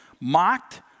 mocked